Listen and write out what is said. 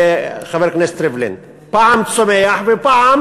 חבר הכנסת ריבלין: פעם צומח ופעם